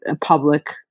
public